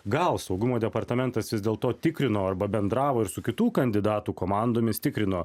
gal saugumo departamentas vis dėlto tikrino arba bendravo ir su kitų kandidatų komandomis tikrino